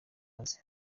azi